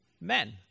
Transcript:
men